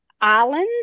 islands